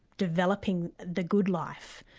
developing the good life,